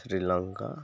Sri Lanka